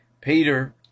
Peter